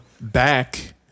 back